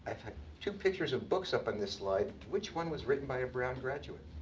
two pictures of books up on this slide, which one was written by a brown graduate.